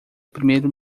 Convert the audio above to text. primeiro